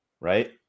right